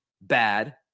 bad